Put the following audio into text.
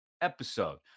episode